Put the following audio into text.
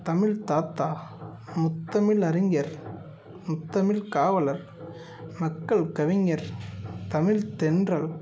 தமிழ் தாத்தா முத்தமிழ் அறிஞர் முத்தமிழ் காவலர் மக்கள் கவிஞர் தமிழ்த் தென்றல்